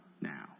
now